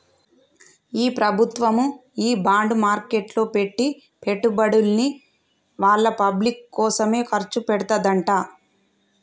మన ప్రభుత్వము ఈ బాండ్ మార్కెట్లో పెట్టి పెట్టుబడుల్ని వాళ్ళ పబ్లిక్ కోసమే ఖర్చు పెడతదంట